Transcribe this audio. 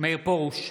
מאיר פרוש,